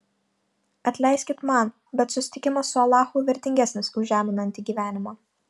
atleiskit man bet susitikimas su alachu vertingesnis už žeminantį gyvenimą